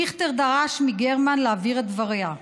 דיכטר דרש מגרמן להבהיר את דבריה,